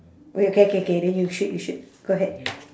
okay okay okay K then you shoot you shoot go ahead